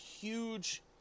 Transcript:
huge